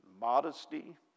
modesty